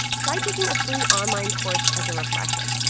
try taking a free online course as a refresher.